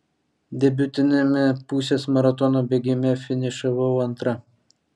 debiutiniame pusės maratono bėgime finišavau antra